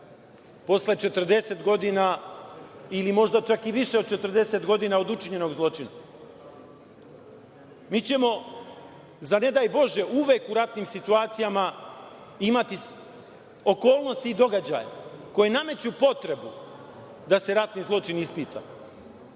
posle 40 godina ili možda čak i više od 40 godina od učinjenog zločina. Mi ćemo za ne daj bože uvek u ratnim situacijama imati okolnosti događaja koje nameću potrebu da se ratni zločin ispita,